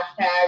hashtag